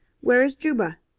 where is juba?